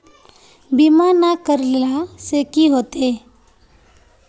बीमा ना करेला से की होते?